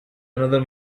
another